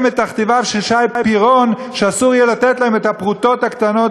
את תכתיביו של שי פירון שאסור יהיה לתת להם את הפרוטות הקטנות,